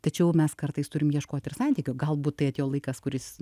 tačiau mes kartais turim ieškoti ir santykio galbūt tai atėjo laikas kuris